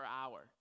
hour